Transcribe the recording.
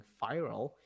viral